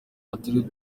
atereta